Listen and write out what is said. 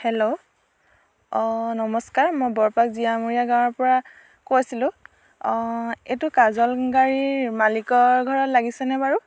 hello অঁ নমস্কাৰ মই বৰপাক জীয়ামৰীয়া গাঁৱৰপৰা কৈছিলোঁ এইটো কাজল গাড়ীৰ মালিকৰ ঘৰত লাগিছেনে বাৰু